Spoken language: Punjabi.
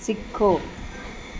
ਸਿੱਖੋ